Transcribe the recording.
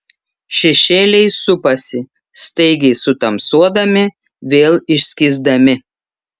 šešėliai supasi staigiai sutamsuodami vėl išskysdami